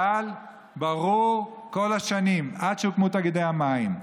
אבל ברור שבכל השנים עד שהוקמו תאגידי המים,